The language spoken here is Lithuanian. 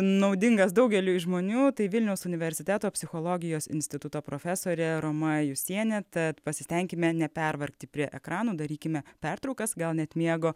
naudingas daugeliui žmonių tai vilniaus universiteto psichologijos instituto profesorė roma jusienė tad pasistenkime nepervargti prie ekranų darykime pertraukas gal net miego